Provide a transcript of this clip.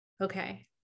okay